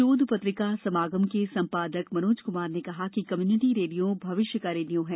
शोध पत्रिका समागम के संपादक मनोज क्मार ने कहा कि कम्युनिटी रेडियो भविष्य का रेडियो है